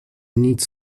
nic